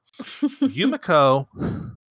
Yumiko